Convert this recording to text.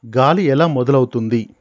గాలి ఎలా మొదలవుతుంది?